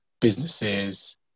businesses